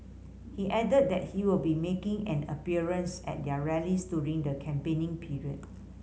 he added that he will be making an appearance at their rallies during the campaigning period